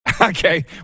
Okay